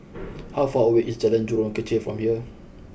how far away is Jalan Jurong Kechil from here